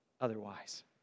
otherwise